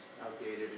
outdated